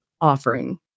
offering